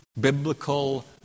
biblical